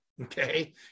Okay